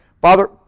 Father